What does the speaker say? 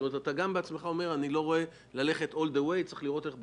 גם אתה בעצמך אומר שצריך לראות איך בונים.